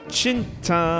Chinta